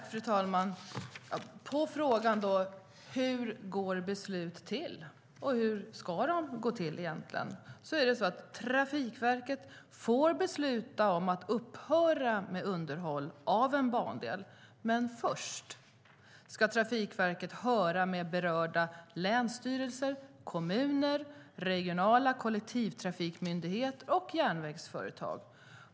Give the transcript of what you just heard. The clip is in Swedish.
Fru talman! På frågan om hur beslut går till och hur de egentligen ska gå till svarar jag att Trafikverket får besluta om att upphöra med underhåll av en bandel. Men Trafikverket ska först höra med berörda länsstyrelser, kommuner, regionala kollektivtrafikmyndigheter och järnvägsföretag.